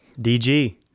DG